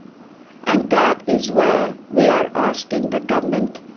and that is where we are asking the government,